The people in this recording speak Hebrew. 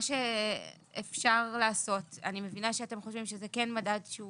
מה שאפשר לעשות - אני מבינה שאתם חושבים שזה כן מדד שהוא